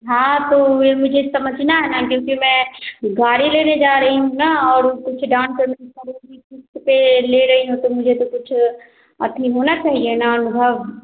हाँ तो यह मुझे समझना है ना क्योंकि मैं गाड़ी लेने जा रही हूँ ना और कुछ डाउन पेमेंट क़िस्त पर ले रही हूँ तो मुझे तो कुछ अथी होना चाहिए ना अनुभव